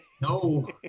No